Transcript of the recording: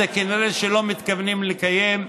כנראה שלא מתכוונים לקיים.